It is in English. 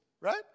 right